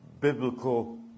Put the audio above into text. biblical